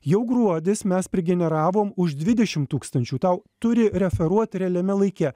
jau gruodis mes prigeneravom už dvidešim tūkstančių tau turi referuot realiame laike